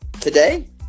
Today